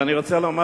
אני רוצה לומר